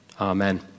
amen